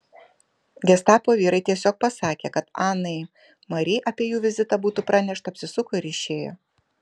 gestapo vyrai tiesiog pasakė kad anai mari apie jų vizitą būtų pranešta apsisuko ir išėjo